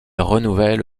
renouvelle